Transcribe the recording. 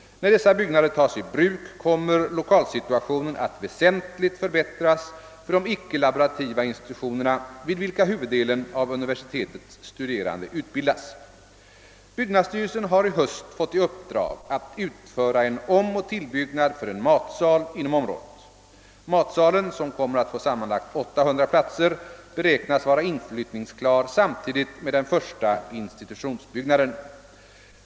När dessa byggnader tas i bruk kommer lokalsituationen att väsentligt förbättras för de ickelaborativa institutionerna vid vilka huvuddelen av universitetets studerande utbildas. : Byggnadsstyrelsen har i höst fått i uppdrag att utföra en omoch tillbyggnad för en matsal inom området. Matsalen, som kommer att få sammanlagt 800 platser, beräknas vara inflyttningsklar samtidigt med den första institutionsbyggnaden.